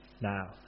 Now